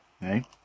Hey